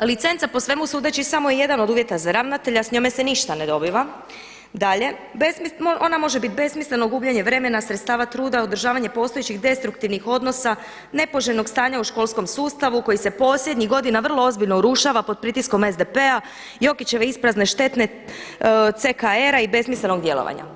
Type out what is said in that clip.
„Licenca po svemu sudeći samo je jedan uvjeta za ravnatelja, s njome se ništa ne dobiva.“ Dalje, „Ona može biti besmisleno gubljenje vremena, sredstava, truda, održavanja postojećih destruktivnih odnosa, nepoželjnog stanja u školskom sustavu koji se posljednjih godina vrlo ozbiljno urušava pod pritiskom SDP-a, Jokićeve isprazne štetne CKR-a i besmislenog djelovanja“